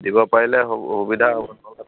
দিব পাৰিলে সুবিধা